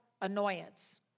annoyance